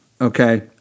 okay